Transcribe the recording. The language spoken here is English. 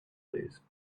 please